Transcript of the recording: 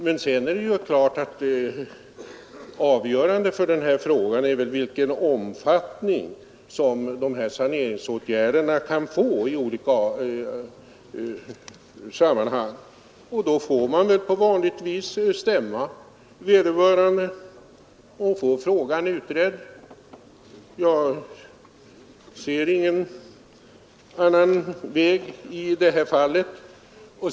Men avgörande för den här frågan är väl vilken omfattning saneringsåtgärderna kan ha i olika sammanhang, och för att få den frågan utredd får man på vanligt vis stämma. Jag ser ingen annan möjlighet.